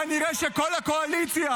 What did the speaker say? כנראה שכל הקואליציה